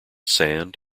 sand